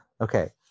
Okay